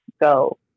go